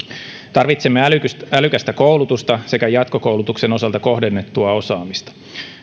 tarvitsemme älykästä älykästä koulutusta sekä jatkokoulutuksen osalta kohdennettua osaamista